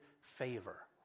favor